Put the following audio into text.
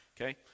Okay